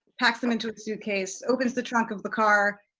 packs them into a suitcase, opens the trunk of the car,